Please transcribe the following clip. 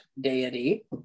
deity